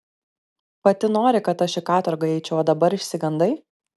pati nori kad aš į katorgą eičiau o dabar išsigandai